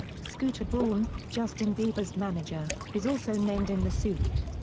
scooter braun justin bieber's manager is also named in the suit.